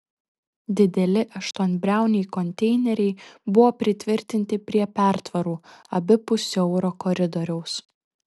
dideli aštuonbriauniai konteineriai buvo pritvirtinti prie pertvarų abipus siauro koridoriaus